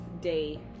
day